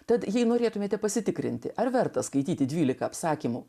tad jei norėtumėte pasitikrinti ar verta skaityti dvylika apsakymų